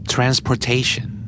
Transportation